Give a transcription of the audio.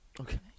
Okay